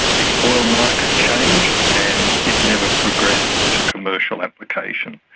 the oil market changed and it never progressed to commercial application.